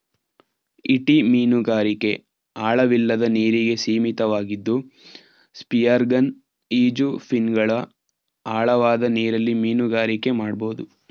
ಈಟಿ ಮೀನುಗಾರಿಕೆ ಆಳವಿಲ್ಲದ ನೀರಿಗೆ ಸೀಮಿತವಾಗಿದ್ದು ಸ್ಪಿಯರ್ಗನ್ ಈಜುಫಿನ್ಗಳು ಆಳವಾದ ನೀರಲ್ಲಿ ಮೀನುಗಾರಿಕೆ ಮಾಡ್ಬೋದು